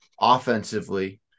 Offensively